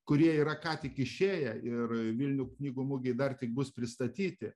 kurie yra ką tik išėję ir vilniaus knygų mugėj dar tik bus pristatyti